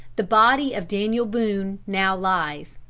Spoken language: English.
the body of daniel boone now lies,